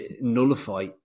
nullify